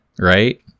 right